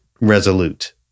resolute